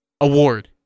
award